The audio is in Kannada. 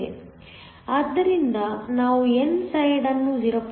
ಆದ್ದರಿಂದ ನಾವು n ಸೈಡ್ ಅನ್ನು 0